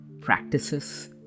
practices